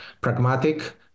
pragmatic